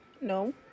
no